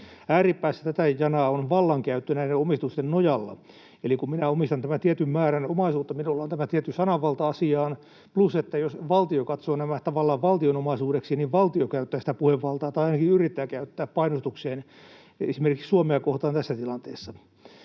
Ääripäässä tätä janaa on vallankäyttö näiden omistusten nojalla, eli kun minä omistan tämän tietyn määrän omaisuutta, minulla on tämä tietty sananvalta asiaan, plus että jos valtio katsoo nämä tavallaan valtion omaisuudeksi, niin valtio käyttää sitä puhevaltaa tai ainakin yrittää käyttää painostukseen esimerkiksi Suomea kohtaan tässä tilanteessa.